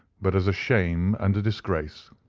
but as a shame and a disgrace.